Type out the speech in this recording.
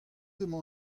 emañ